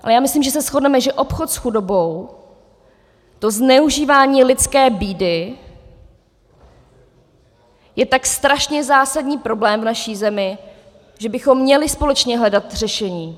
Ale já myslím, že se shodneme, že obchod s chudobou, to zneužívání lidské bídy, je tak strašně zásadní problém v naší zemi, že bychom měli společně hledat řešení.